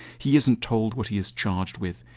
he isn't told what he is charged with.